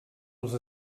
els